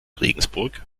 regensburg